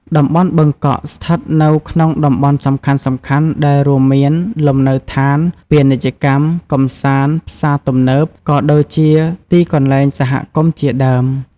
តំបន់បឹងកក់ ស្ថិតនៅក្នុងតំបន់សំខាន់ៗដែលរួមមាន លំនៅដ្ឋាន ពាណិជ្ជកម្ម កំសាន្ត ផ្សារទំនើប ក៏ដូចជាទីកន្លែងសហគមជាដើម។